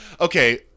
Okay